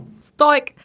Stoic